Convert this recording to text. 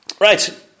Right